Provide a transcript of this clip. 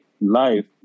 life